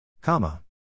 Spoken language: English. Comma